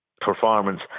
performance